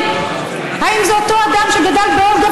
האם זה אותו אדם שגדל באולגה,